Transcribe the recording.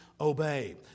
obey